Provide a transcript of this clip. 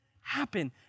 happen